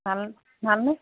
ভাল ভালনে